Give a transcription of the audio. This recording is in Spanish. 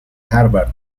harvard